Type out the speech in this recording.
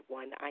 one